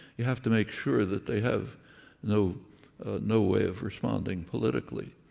you have to make sure that they have no no way of responding politically.